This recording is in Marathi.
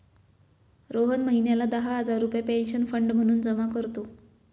रोहन महिन्याला दहा हजार रुपये पेन्शन फंड म्हणून जमा करतो